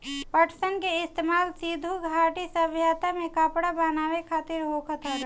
पटसन के इस्तेमाल सिंधु घाटी सभ्यता में कपड़ा बनावे खातिर होखत रहे